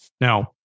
Now